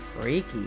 Freaky